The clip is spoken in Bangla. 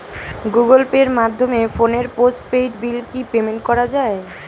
গুগোল পের মাধ্যমে ফোনের পোষ্টপেইড বিল কি পেমেন্ট করা যায়?